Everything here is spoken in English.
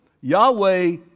Yahweh